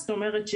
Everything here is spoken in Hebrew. זאת אומרת,